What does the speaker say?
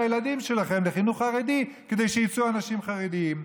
הילדים שלכם לחינוך חרדי כדי שיצאו אנשים חרדים.